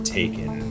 taken